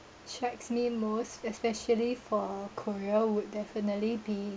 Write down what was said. shocks me most especially for korea would definitely be